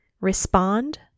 Respond